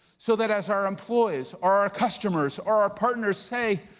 so that as our employees, or our customers, or our partners say,